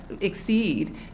exceed